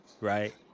Right